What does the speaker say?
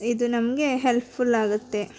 ಇದು ನಮಗೆ ಹೆಲ್ಪ್ಫುಲ್ ಆಗುತ್ತೆ